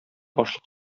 ашлык